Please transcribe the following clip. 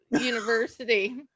University